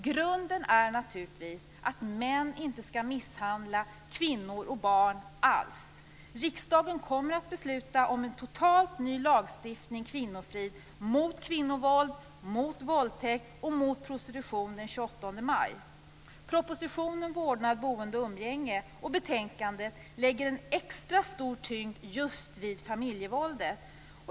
Grunden är naturligtvis att män inte skall misshandla kvinnor och barn alls. Riksdagen kommer att besluta om en totalt ny lagstiftning om kvinnofrid och mot kvinnovåld, våldtäkt och prostitution den 28 maj. Propositionen Vårdnad, boende och umgänge och betänkandet lägger extra stor vikt just vid familjevåldet.